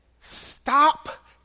Stop